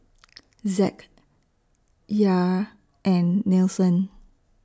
Zack Yair and Nelson